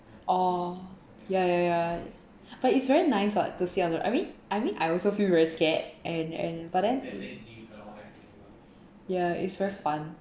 oh ya ya ya but it's very nice [what] to sit on a roller I mean I mean I also feel very scared and and but then ya it's very fun